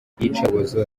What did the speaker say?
iyicarubozo